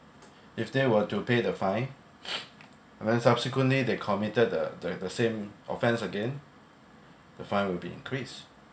if they were to pay the fine and then subsequently they committed the the the same offence again the fine will be increased